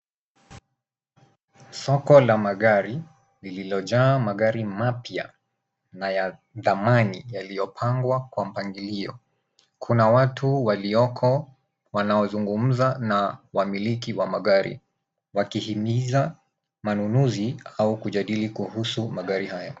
Soko la magari liliojaa magari mapya na ya dhamani yaliopangwa kwa mpangilio, kuna watu walioko wanazungumza na wamiliki wa magari wakihimiza manunuzi au kujadili kuhusu magari haya.